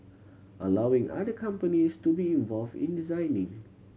allowing other companies to be involved in designing